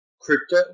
crypto